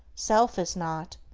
self is not.